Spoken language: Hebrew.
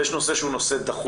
ויש נושא שהוא דחוף,